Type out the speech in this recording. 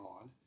on